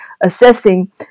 assessing